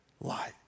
light